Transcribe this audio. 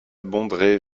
bondrée